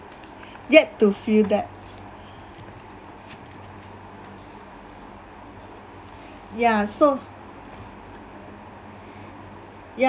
yet to feel that ya so ya